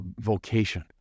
vocation